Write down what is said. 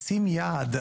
לשים יעד,